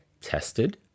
tested